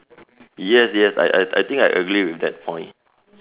yes yes I I I think I agree with that point